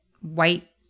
white